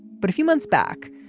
but a few months back,